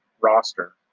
roster